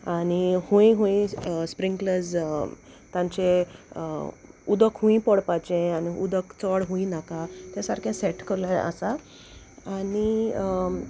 आनी हुंय हुंय स्प्रिंकलर्स तांचे उदक हुंय पोडपाचें आनी उदक चोड हूंय नाका तें सारकें सेट करलें आसा आनी